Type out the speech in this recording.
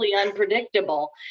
unpredictable